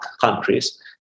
countries